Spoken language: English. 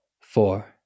four